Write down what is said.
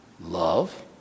Love